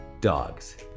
dogs